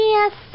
Yes